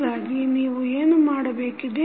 ಹೀಗಾಗಿ ನೀವು ಏನು ಮಾಡಬೇಕಿದೆ